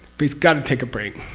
but he's got to take a break.